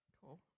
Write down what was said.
Cool